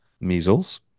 measles